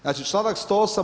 Znači članak 108.